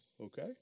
okay